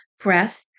breath